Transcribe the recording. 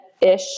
ish